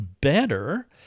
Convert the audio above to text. better